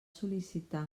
sol·licitar